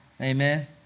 amen